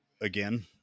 again